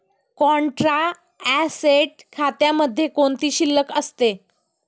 Contra asset खात्यामध्ये कोणती शिल्लक असते?